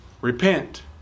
repent